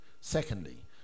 Secondly